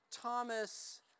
Thomas